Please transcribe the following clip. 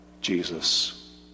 Jesus